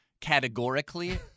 categorically